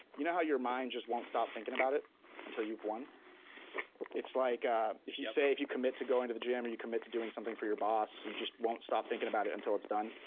you know how your mind just won't stop thinking about it until you've won? yep it's like if you say. if you commit to going to the gym or you commit to doing something for your boss, you just won't stop thinking about it until it's done.